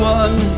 one